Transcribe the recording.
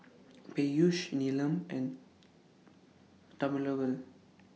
Peyush Neelam and